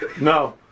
No